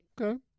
Okay